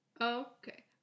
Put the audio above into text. Okay